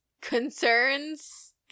concerns